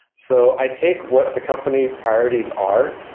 so i take what the company priorities are,